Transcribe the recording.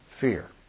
fear